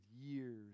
years